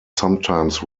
sometimes